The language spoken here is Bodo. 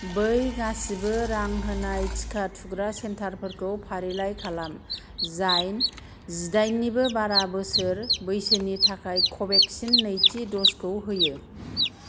बै गासिबो रां होनाय टिका थुग्रा सेन्टारफोरखौ फारिलाइ खालाम जाय जिदाइननिबो बारा बोसोर बैसोनि थाखाय क भेकचिन नैथि डसखौ होयो